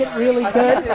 really good.